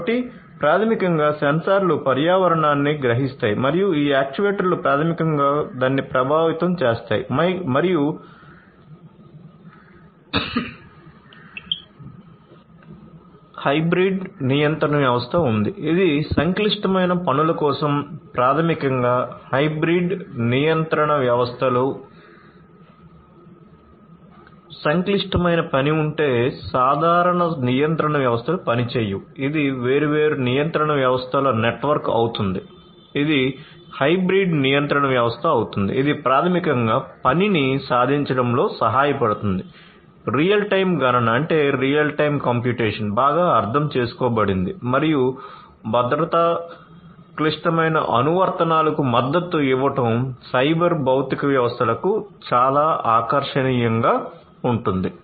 కాబట్టి ప్రాథమికంగా సెన్సార్లు పర్యావరణాన్ని గ్రహిస్తాయి మరియు ఈ యాక్యుయేటర్లు ప్రాథమికంగా దాన్ని ప్రభావితం చేస్తాయి మరియు హైబ్రిడ్ నియంత్రణ వ్యవస్థ ఉంది ఇవి సంక్లిష్టమైన పనుల కోసం ప్రాథమికంగా హైబ్రిడ్ నియంత్రణ వ్యవస్థలు బాగా అర్థం చేసుకోబడింది మరియు భద్రతా క్లిష్టమైన అనువర్తనాలకు మద్దతు ఇవ్వడం సైబర్ భౌతిక వ్యవస్థలకు చాలా ఆకర్షణీయంగా ఉంటుంది